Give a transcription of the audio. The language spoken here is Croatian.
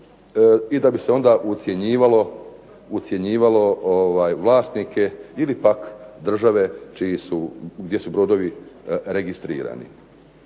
i da bi se onda ucjenjivalo vlasnike ili pak države čiji su, gdje su brodovi registrirani.